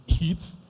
eat